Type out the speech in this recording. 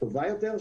טובה יותר,